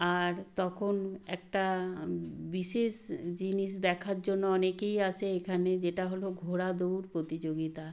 আর তখন একটা বিশেষ জিনিস দেখার জন্য অনেকেই আসে এখানে যেটা হল ঘোড়া দৌড় প্রতিযোগিতা